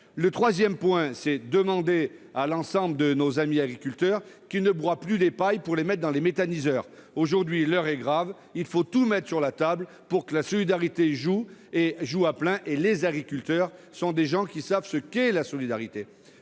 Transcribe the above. Le troisième point, c'est de demander à l'ensemble des agriculteurs qu'ils ne broient plus les pailles pour la méthanisation. L'heure est grave, il faut tout mettre sur la table pour que la solidarité joue à plein. Or les agriculteurs sont des gens qui savent ce qu'est la solidarité.